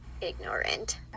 ignorant